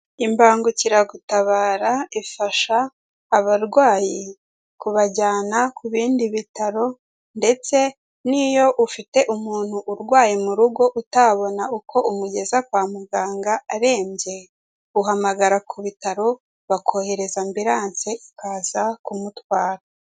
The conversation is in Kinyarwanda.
Imbangukiragutabara ifasha abarwayi kubajyana ku bindi bitaro ndetse n'iyo ufite umuntu urwaye mu rugo utabona uko umugeza kwa muganga arembye uhamagara ku bitaro bakohereza ambilance ikaza kumutwara.